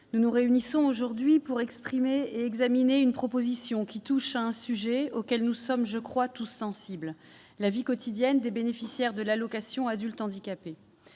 nous nous réunissons aujourd'hui pour examiner une proposition qui touche à un sujet auquel nous sommes, je crois, tous sensibles : la vie quotidienne des bénéficiaires de l'allocation aux adultes handicapés.